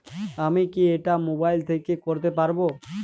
আমি কি এটা মোবাইল থেকে করতে পারবো?